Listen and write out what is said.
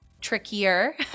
trickier